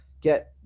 get